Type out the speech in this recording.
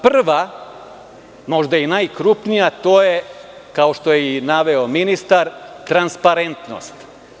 Prva, možda i najkrupnija to je, kao što je i naveo ministar, transparentnost.